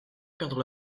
perdre